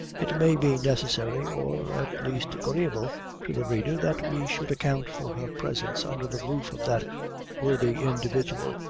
it may be necessary, or, at least, agreeable to the reader, that we should account for her presence under the roof of that worthy individual,